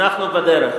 אנחנו בדרך.